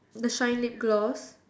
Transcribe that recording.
the shiny clause